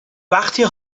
وقتی